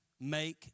make